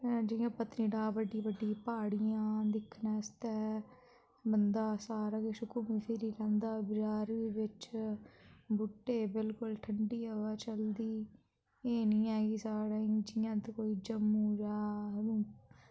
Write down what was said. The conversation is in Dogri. जियां पत्नीटाप बड्डी बड्डी प्हाड़ियां दिक्खने आस्तै बंदा सारा किश घूमी फिरी लैंदा बजार बिच्च बूह्टे बिलकुल ठंडी हवा चलदी एह् नी ऐ कि साढ़ै इ'यां जियां कोई जम्मू जा उधम